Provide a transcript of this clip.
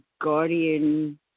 guardian